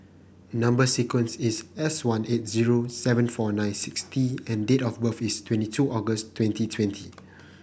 number sequence is S one eight zero seven four nine six T and date of birth is twenty two August twenty twenty